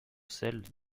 celle